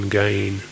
gain